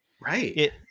Right